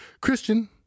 Christian